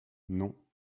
non